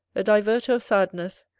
a diverter of sadness,